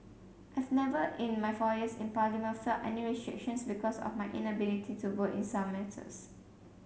I've never in my four years in Parliament felt any restrictions because of my inability to vote in some matters